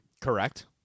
Correct